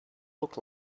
look